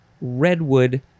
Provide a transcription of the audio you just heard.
redwood